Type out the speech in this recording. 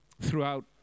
throughout